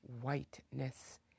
whiteness